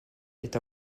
est